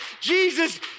Jesus